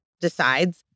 decides